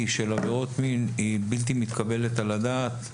של עבירות מין היא בלתי מתקבלת על הדעת,